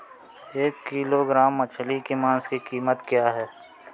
एक किलोग्राम मछली के मांस की कीमत क्या है?